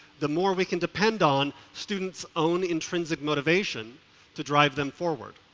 the more we can depend on students' own intrinsic motivation to drive them forward.